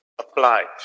applied